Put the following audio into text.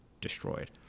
destroyed